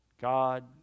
God